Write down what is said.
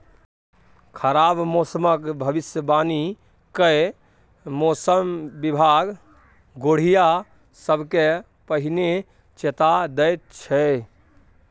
खराब मौसमक भबिसबाणी कए मौसम बिभाग गोढ़िया सबकेँ पहिने चेता दैत छै